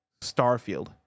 starfield